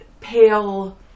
pale